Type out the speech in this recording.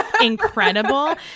incredible